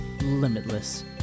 limitless